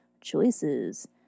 choices